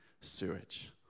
sewage